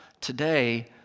today